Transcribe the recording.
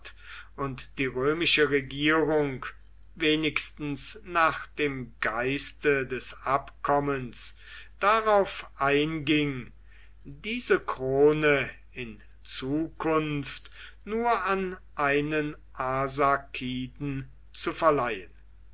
und die römische regierung wenigstens nach dem geiste des abkommens darauf einging diese krone in zukunft nur an einen arsakiden zu verleihen